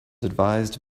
advised